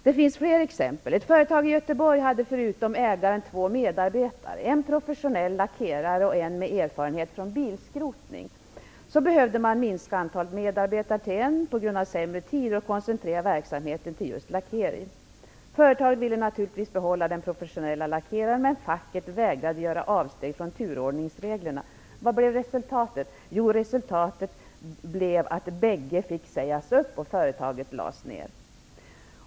Det finns fler exempel. Ett företag i Göteborg hade förutom ägaren två medarbetare, en professionell lackerare och en med erfarenhet från bilskrotning. Man behövde på grund av sämre tider minska antalet medarbetare till en och man ville koncentrera verksamheten till just lackering. Företaget ville naturligtvis behålla den professionella lackeraren, men facket vägrade göra avsteg från turordningsreglerna. Vad blev resultatet? Jo, att båda fick sägas upp och företaget lades ned.